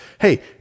hey